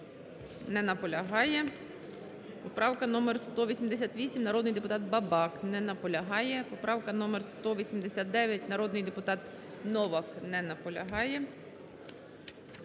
Не наполягає. Поправка номер 188, народний депутат Бабак. Не наполягає. Поправка номер 189, народний депутат Новак. Не наполягає.